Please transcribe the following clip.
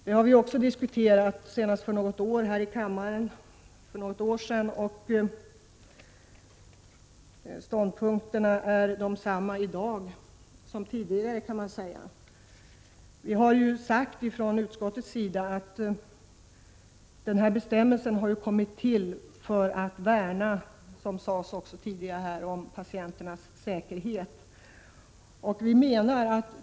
Detta diskuterade vi senast för något år sedan här i kammaren, och ståndpunkterna är desamma i dag som tidigare. Från utskottets sida har vi sagt att den här bestämmelsen har kommit till för att värna om patienternas säkerhet.